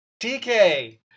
TK